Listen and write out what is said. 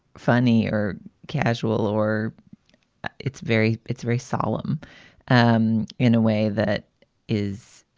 funny or casual or it's very it's very solemn um in a way that is,